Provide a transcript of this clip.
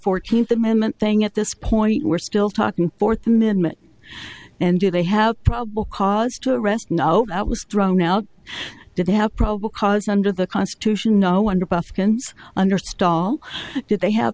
fourteenth amendment thing at this point we're still talking fourth amendment and do they have probable cause to arrest now that was thrown out did they have probable cause under the constitution no wonder buskins under stall did they have